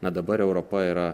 na dabar europa yra